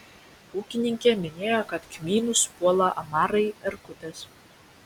ūkininkė minėjo kad kmynus puola amarai erkutės